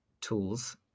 tools